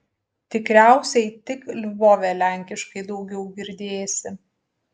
tikriausiai tik lvove lenkiškai daugiau girdėsi